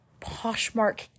Poshmark